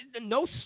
no